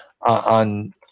on